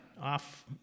Off